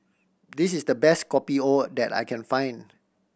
this is the best Kopi O that I can find